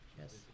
Yes